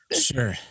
Sure